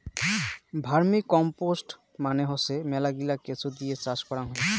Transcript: vermicompost মানে হসে মেলাগিলা কেঁচো দিয়ে চাষ করাং হই